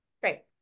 Great